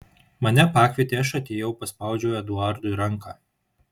mane pakvietė aš atėjau paspaudžiau eduardui ranką